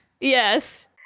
Yes